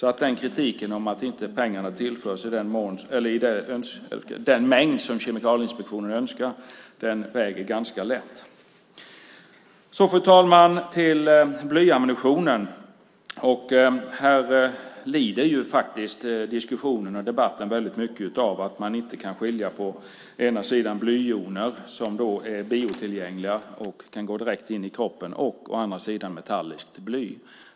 Kritiken att det inte tillförs pengar i den mängd som Kemikalieinspektionen önskar väger därför ganska lätt. Fru talman! När det gäller blyammunitionen lider diskussionen och debatten väldigt mycket av att man inte kan skilja på å ena sidan blyjoner, som är biotillgängliga och kan gå direkt in i kroppen, och å andra sidan metalliskt bly.